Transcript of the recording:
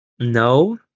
No